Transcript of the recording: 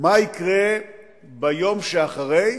מה יקרה ביום שאחרי,